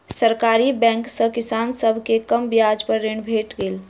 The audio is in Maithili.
सरकारी बैंक सॅ किसान सभ के कम ब्याज पर ऋण भेट गेलै